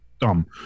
dumb